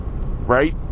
right